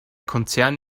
konzern